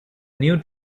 new